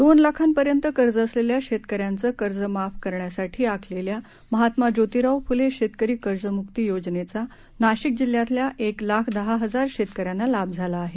दोन लाखांपर्यंत कर्ज असलेल्या शेतकऱ्यांचं कर्जमाफ करण्यासाठी आखलेल्या महात्मा ज्योतिराव फुले शेतकरी कर्जम्क्ती योजनेचा नाशिक जिल्ह्यातल्या एक लाख दहा हजार शेतकऱ्यांना लाभ झाला आहे